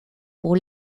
pour